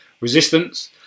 Resistance